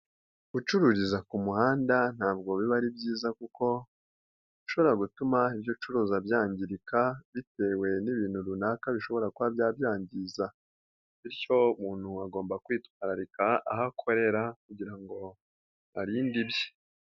Gucururiza ku muhanda ntabwo biba ari byiza kuko bishobora gutuma ibyo ucuruza byangirika bitewe n'ibintu runaka bishobora kuba byabyangiza, bityo umuntu agomba kwitwararika aho akorera kugira ngo arinde ibye.